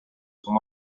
son